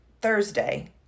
Thursday